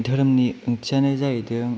धोरोमनि ओंथिआनो जाहैदों